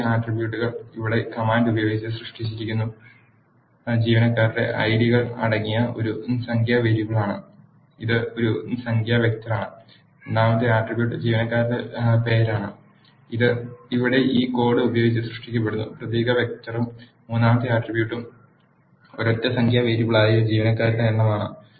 ആദ്യത്തെ ആട്രിബ്യൂട്ടുകൾ ഇവിടെ കമാൻഡ് ഉപയോഗിച്ച് സൃഷ്ടിച്ചിരിക്കുന്ന ജീവനക്കാരുടെ ഐഡികൾ അടങ്ങിയ ഒരു സംഖ്യാ വേരിയബിളാണ് ഇത് ഒരു സംഖ്യാ വെക്റ്ററാണ് രണ്ടാമത്തെ ആട്രിബ്യൂട്ട് ജീവനക്കാരുടെ പേരാണ് ഇത് ഇവിടെ ഈ കോഡ് ഉപയോഗിച്ച് സൃഷ്ടിക്കപ്പെടുന്നു പ്രതീക വെക്റ്ററും മൂന്നാമത്തെ ആട്രിബ്യൂട്ടും ഒരൊറ്റ സംഖ്യാ വേരിയബിളായ ജീവനക്കാരുടെ എണ്ണമാണ്